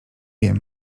wiem